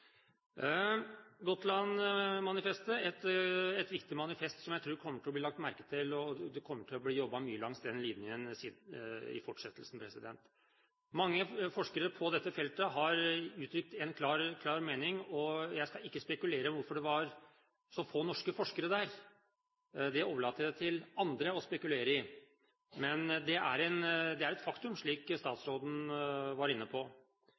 et viktig manifest som jeg tror kommer til å bli lagt merke til, og det kommer til å bli jobbet mye langs den linjen i fortsettelsen. Mange forskere på dette feltet har uttrykt en klar mening. Jeg skal ikke spekulere i hvorfor det var så få norske forskere – det overlater jeg til andre å spekulere i. Men det er et faktum, slik statsråden var inne på.